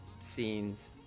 scenes